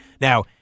Now